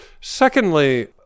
Secondly